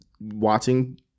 Watching